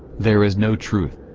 there is no truth.